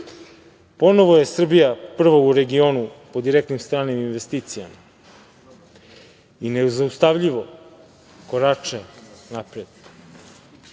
nas. Ponovo je Srbija prva u regionu po direktnim stranim investicijama i nezaustavljivo korača napred.